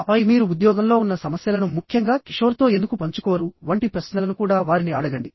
ఆపై మీరు ఉద్యోగంలో ఉన్న సమస్యలను ముఖ్యంగా కిషోర్తో ఎందుకు పంచుకోరు వంటి ప్రశ్నలను కూడా వారిని అడగండి